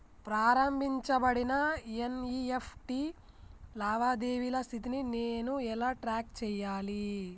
ప్రారంభించబడిన ఎన్.ఇ.ఎఫ్.టి లావాదేవీల స్థితిని నేను ఎలా ట్రాక్ చేయాలి?